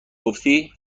گفتی